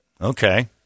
Okay